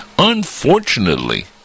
Unfortunately